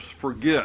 forget